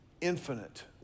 infinite